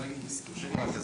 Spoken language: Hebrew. תרשה לי רק,